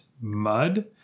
mud